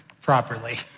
properly